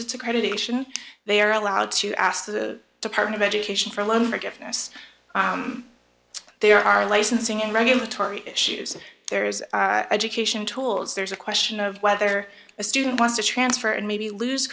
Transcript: its accreditation they are allowed to ask the department of education for a loan forgiveness there are licensing and regulatory issues there is education tools there's a question of whether a student wants to transfer and maybe lose